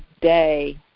day